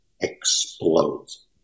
explodes